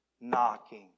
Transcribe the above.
knocking